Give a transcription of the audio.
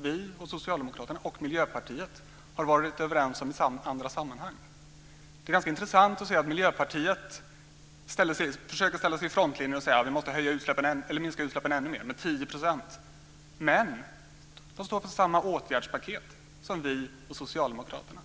Vänsterpartiet, Socialdemokraterna och Miljöpartiet i andra sammanhang har varit överens om. Det är ganska intressant att se att Miljöpartiet försöker ställa sig vid frontlinjen och säga att vi måste minska utsläppen ännu mer, med 10 %. Men man står för samma åtgärdspaket som vi och Socialdemokraterna.